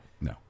No